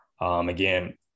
Again